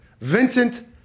Vincent